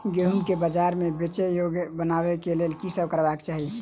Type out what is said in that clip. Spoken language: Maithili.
गेंहूँ केँ बजार मे बेचै योग्य बनाबय लेल की सब करबाक चाहि?